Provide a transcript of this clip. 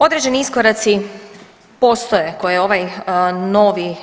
Određeni iskoraci postoje koje ovaj novi